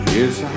Yes